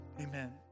Amen